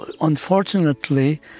unfortunately